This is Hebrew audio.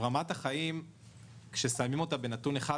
רמת החיים כששמים אותה בנתון אחד,